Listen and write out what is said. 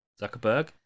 Zuckerberg